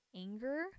anger